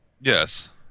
Yes